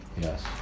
Yes